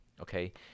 okay